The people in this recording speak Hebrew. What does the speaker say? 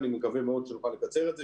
אני מקווה מאוד שנוכל קצר את זה.